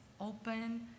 open